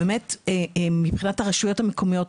מבחינת הרשויות המקומיות,